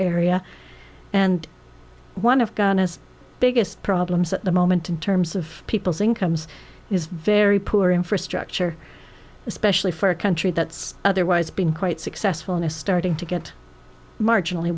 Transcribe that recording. area and one of gun is biggest problems at the moment in terms of people's incomes is very poor infrastructure especially for a country that's otherwise been quite successful and is starting to get marginally